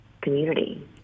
community